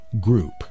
group